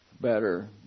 better